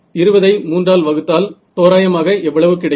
20 ஐ 3 ஆல் வகுத்தால் தோராயமாக எவ்வளவு கிடைக்கும்